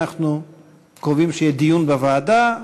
אנחנו קובעים שיהיה דיון בוועדה.